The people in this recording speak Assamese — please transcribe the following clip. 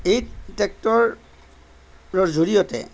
এই ট্ৰেক্টৰৰ জৰিয়তে